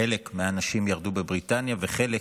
חלק מהאנשים ירדו בבריטניה וחלק